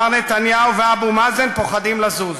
מר נתניהו ואבו מאזן, פוחדים לזוז.